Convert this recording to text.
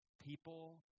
people